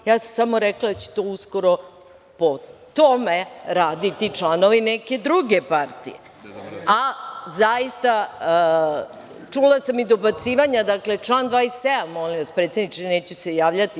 Ja sam samo rekla da će to uskoro po tome raditi članovi neke druge partije, a zaista čula sam i dobacivanja, dakle član 27. predsedniče, neću se javljati.